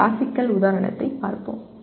classical உதாரணத்தை பார்ப்போம்